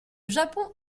japon